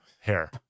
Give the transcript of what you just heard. hair